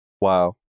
Wow